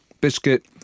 biscuit